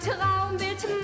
Traumbild